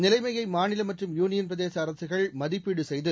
நிலைமையை மாநில மற்றும் யூனியன் பிரதேச அரசுகள் மதிப்பீடு செய்து